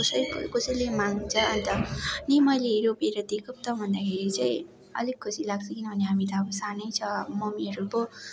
कसै कसैले माग्छ अन्त यी मैले रोपेर दिएको पो त भन्दाखेरि चाहिँ अलिक खुसी लाग्छ किनभने हामी त अब सानै छ मम्मीहरू पो